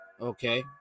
Okay